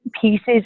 pieces